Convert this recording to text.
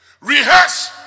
rehearse